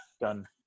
done